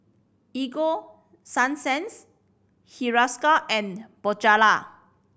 Ego Sunsense Hiruscar and Bonjela